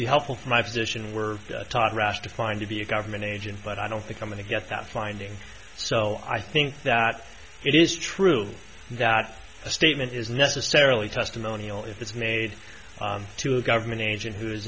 the helpful for my position were taught rush to find to be a government agent but i don't think i'm going to get that finding so i think that it is true that a statement is necessarily testimonial if it's made to a government agen